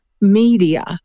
media